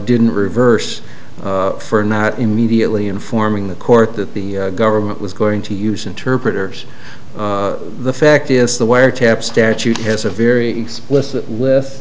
didn't reverse for not immediately informing the court that the government was going to use interpreters the fact is the wiretap statute has a very explicit